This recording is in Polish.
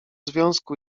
związku